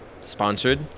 sponsored